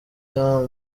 tam